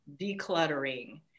decluttering